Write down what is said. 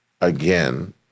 again